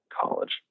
college